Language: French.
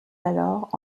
alors